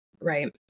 right